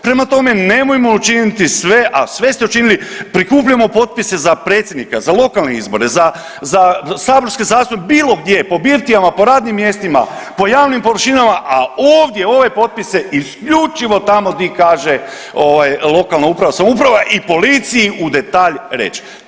Prema tome, nemojmo učiniti sve, a sve ste učinili, prikupljamo potpise za predsjednika, za lokalne izbore, za saborske zastupnike, bilo gdje, po birtijama, po radnim mjestima, po javnim površinama, a ovdje ove potpise isključivo tamo di kaže ovaj lokalna uprava i samoupravi policiji u detalj reći.